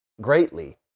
greatly